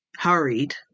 hurried